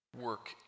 work